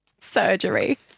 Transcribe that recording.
Surgery